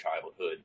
childhood